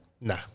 Nah